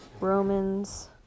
Romans